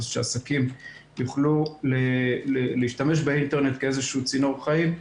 כדי שעסקים יוכלו להשתמש באינטרנט כאיזשהו צינור חיים.